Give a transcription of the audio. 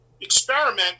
Experiment